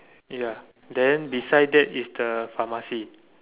ya then beside that is the pharmacy